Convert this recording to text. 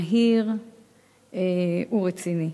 מהיר ורציני.